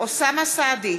שולי מועלם-רפאלי,